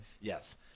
Yes